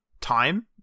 time